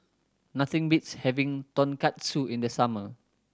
nothing beats having Tonkatsu in the summer